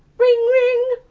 ring ring.